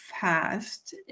fast